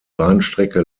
bahnstrecke